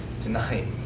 tonight